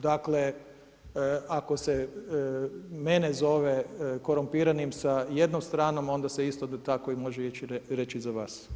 Dakle, ako se mene zove korumpiranim sa jednom stranom, onda se isto tako može ići reći i za vas.